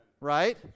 right